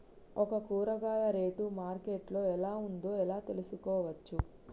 ఒక కూరగాయ rate market లో ఎలా ఉందో ఎలా తెలుసుకోవచ్చు?